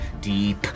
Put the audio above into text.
Deep